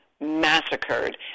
massacred